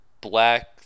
black